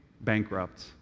bankrupt